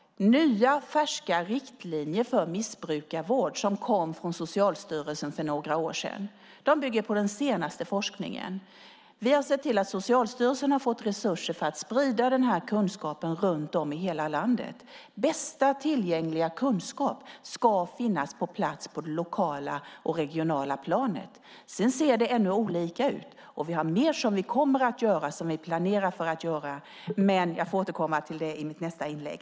Nya färska riktlinjer för missbrukarvård kom från Socialstyrelsen för några år sedan. De bygger på den senaste forskningen. Vi har sett till att Socialstyrelsen har fått resurser för att sprida kunskapen runt om i hela landet. Bästa tillgängliga kunskap ska finnas på plats på det lokala och regionala planet. Sedan ser det ännu olika ut, och det finns mer planerat att göra. Jag får återkomma till det i mitt nästa inlägg.